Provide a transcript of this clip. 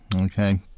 Okay